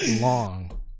long